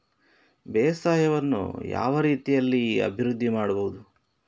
ಬೇಸಾಯವನ್ನು ಯಾವ ರೀತಿಯಲ್ಲಿ ಅಭಿವೃದ್ಧಿ ಮಾಡಬಹುದು?